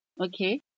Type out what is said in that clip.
Okay